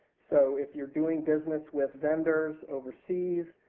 so if youire doing business with vendors overseas,